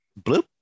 bloop